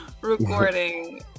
recording